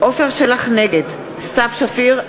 נגד סתיו שפיר,